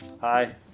hi